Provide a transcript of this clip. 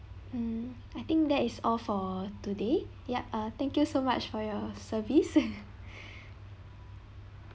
mm I think that is all for today yup ah thank you so much for your service